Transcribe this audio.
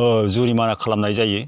ओ जुरिमा खालामनाय जायो